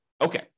Okay